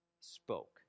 spoke